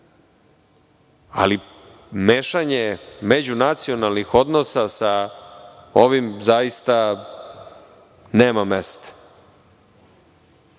Mešanje međunacionalnih odnosa sa ovim zaista, nema mesta. Ono